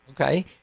okay